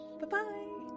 Bye-bye